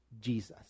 Jesus